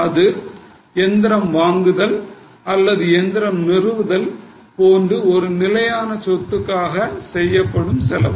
அந்த இயந்திரம் வாங்குதல் அல்லது இயந்திரம் நிறுவுதல் போன்ற ஒரு நிலையான சொத்துக்காக செய்யப்படும் செலவு